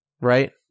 right